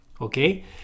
Okay